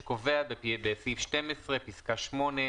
שקובע בסעיף 12 פסקה (8)